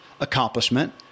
accomplishment